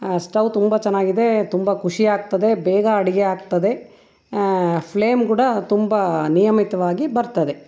stove ತುಂಬ ಚೆನ್ನಾಗಿದೆ ತುಂಬ ಖುಷಿ ಆಗ್ತದೆ ಬೇಗ ಅಡುಗೆ ಆಗ್ತದೆ ಫ್ಲೇಮ್ ಕೂಡ ತುಂಬ ನಿಯಮಿತವಾಗಿ ಬರ್ತದೆ